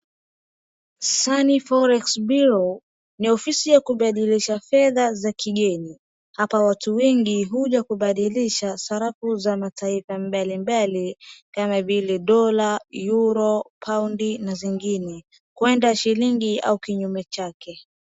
Sunny Forex Bereau ni ofisi ya kubadilisha fedha za kigeni hapa watu wengi huja kubadilisha sarafu za mataifa mbalimbali kama vile dola ,yuro, paundi na zingine. Kwenda shilingi au kinyume chake.